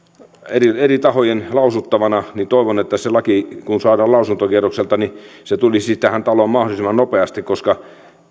eri eri tahojen lausuttavana että kun se laki saadaan lausuntokierrokselta se tulisi tähän taloon mahdollisimman nopeasti